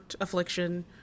affliction